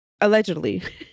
allegedly